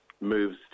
moves